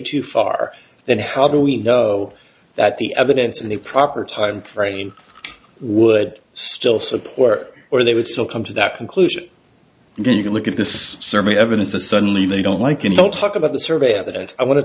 too far and how do we know that the evidence in the proper time frame would still support or they would still come to that conclusion and then you can look at this survey evidence to suddenly they don't like and don't talk about the survey evidence i want to